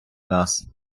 нас